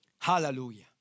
Hallelujah